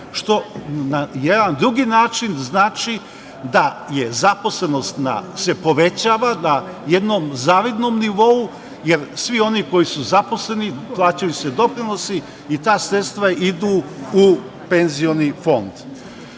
jedan drugi način znači da se zaposlenost povećava na jednom zavidnom nivou, jer za sve one koji su zaposleni plaćaju se doprinosi i ta sredstva idu u penzioni fond. Kad